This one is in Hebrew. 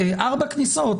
ארבע כניסות,